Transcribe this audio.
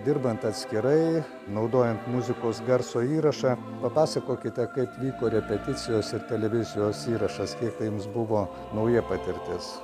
dirbant atskirai naudojant muzikos garso įrašą papasakokite kaip vyko repeticijos ir televizijos įrašas kiek tai jums buvo nauja patirtis